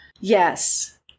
Yes